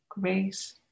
grace